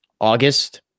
August